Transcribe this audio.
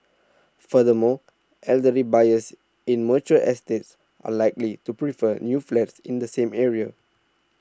furthermore elderly buyers in mature estates are likely to prefer new flats in the same area